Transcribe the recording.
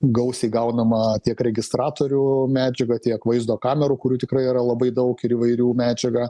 gausiai gaunamą tiek registratorių medžiagą tiek vaizdo kamerų kurių tikrai yra labai daug ir įvairių medžiagą